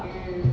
mm